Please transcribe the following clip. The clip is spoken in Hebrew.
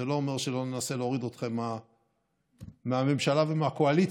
זה לא אומר שלא ננסה להוריד אתכם מהממשלה ומהקואליציה,